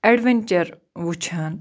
adventure وٕچھان